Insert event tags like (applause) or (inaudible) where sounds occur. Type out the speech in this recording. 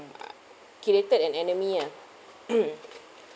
err created an enemy ah (noise)